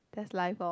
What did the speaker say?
that's life lor